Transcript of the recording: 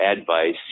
advice